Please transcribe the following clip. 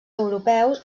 europeus